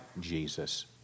Jesus